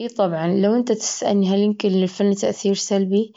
إي طبعًا لو أنت تسألني هل يمكن للفن تأثير سلبي؟